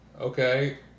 Okay